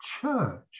church